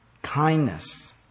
Kindness